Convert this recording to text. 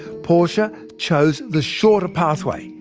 portia chose the shorter pathway.